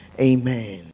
Amen